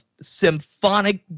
symphonic